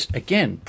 again